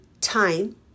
time